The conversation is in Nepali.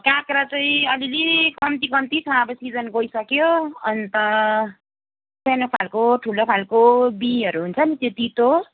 काँक्रो चाहिँ अलिअलि कम्ती कम्ती छ अब सिजन गइसक्यो अन्त सानो खाल्को ठुलो खाल्को बिँहरू हुन्छ नि त्यो तितो